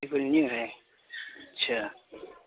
بالکل نیو ہے اچھا